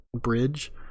bridge